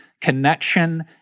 connection